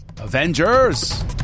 Avengers